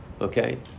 Okay